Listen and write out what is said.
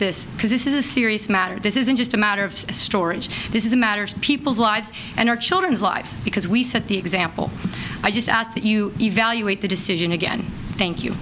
this because this is a serious matter this isn't just a matter of storage this is a matter of people's lives and our children's lives because we set the example i just ask that you evaluate the decision again thank you